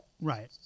Right